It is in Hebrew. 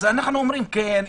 אז אנחנו אומרים: כן,